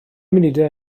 munudau